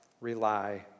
rely